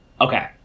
Okay